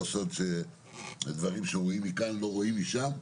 סוד שדברים שרואים מכאן לא רואים משם,